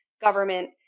government